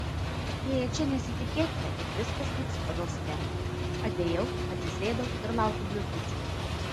atėję čia nesitikėkite kad viskas vyks pagal schemą atėjau atsisėdau ir laukiu blizgučių